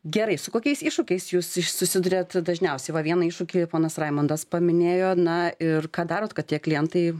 gerai su kokiais iššūkiais jūs susiduriat dažniausiai va vieną iššūkį ponas raimundas paminėjo na ir ką darot kad tie klientai